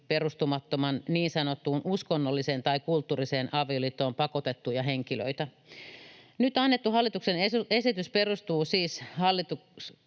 perustumattomaan niin sanottuun uskonnolliseen tai kulttuuriseen avioliittoon pakotettuja henkilöitä. Nyt annettu hallituksen esitys perustuu siis